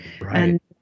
Right